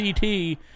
CT